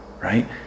right